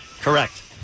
Correct